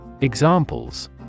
Examples